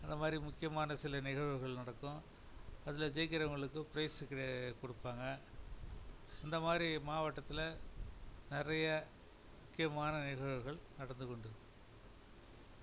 அந்தமாதிரி முக்கியமான சில நிகழ்வுகள் நடக்கும் அதில் ஜெயிக்குறவங்களுக்கு ப்ரைஸ் கொடுப்பாங்க அந்தமாதிரி மாவட்டத்தில் நிறைய முக்கியமான நிகழ்வுகள் நடந்து கொண்டு இருக்குது